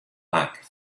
back